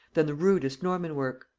than the rudest norman work.